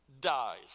dies